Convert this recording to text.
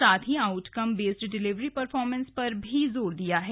साथ ही outcome based delivery performance पर भी जोर दिया है